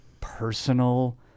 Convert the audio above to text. personal